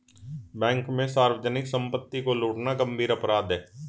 bank में सार्वजनिक सम्पत्ति को लूटना गम्भीर अपराध है